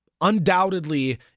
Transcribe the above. undoubtedly